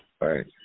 Right